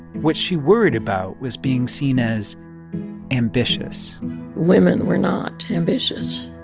what she worried about was being seen as ambitious women were not ambitious.